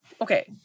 Okay